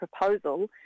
proposal